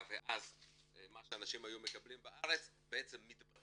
ואז מה שאנשים היו מקבלים בארץ מתבטלים,